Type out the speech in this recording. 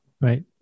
Right